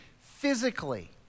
physically